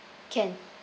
can